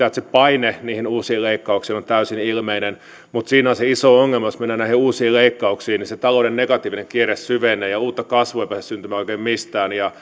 että se paine niihin uusiin leikkauksiin on täysin ilmeinen mutta siinä on se iso ongelma että jos mennään näihin uusiin leikkauksiin niin se talouden negatiivinen kierre syvenee ja uutta kasvua ei pääse syntymään oikein mistään ja